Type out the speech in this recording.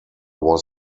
was